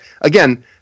again